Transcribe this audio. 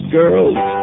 girls